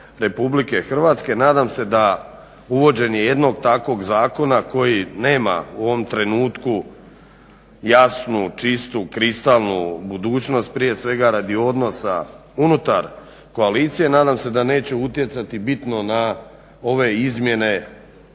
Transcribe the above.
građanima RH, nadam se da uvođenjem jednog takvog zakona koji nema u ovom trenutku jasnu, čistu, kristalnu budućnost prije svega radi odnosa unutar koalicije, nadam se da neće utjecati bitno na nove izmjene